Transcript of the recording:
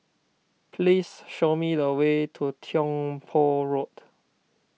please show me the way to Tiong Poh Road